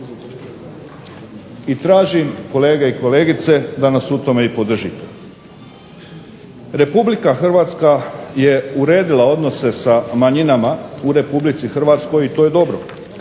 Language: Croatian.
i tražim kolege i kolegice da nas u tome i podržite. Republika Hrvatska je uredila odnose sa manjinama u Republici Hrvatskoj, i to je dobro.